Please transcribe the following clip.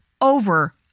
over